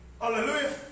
Hallelujah